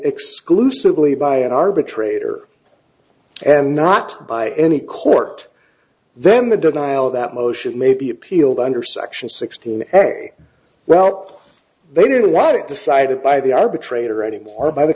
exclusively by an arbitrator and not by any court then the denial of that motion may be appealed under section sixteen well they didn't write it decided by the arbitrator anymore by the